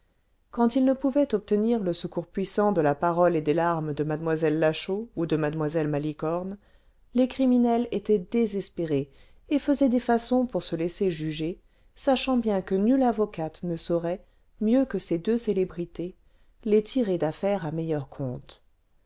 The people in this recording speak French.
quand ils ne pouvaient obtenir le secours puissant cle la parole et des larmes de mlle la chaux ou de mlle malicorne les criminels étaient désespérés et faisaient des façons pour se laisser juger sachant bien que nulle avocate ne saurait mieux que ces deux célébrités les tirer d'affaire à meilleur compte